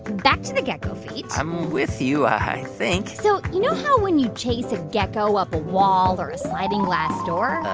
back to the gecko feet i'm with you, i think so you know how when you chase a gecko up a wall or a sliding glass door?